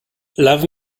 love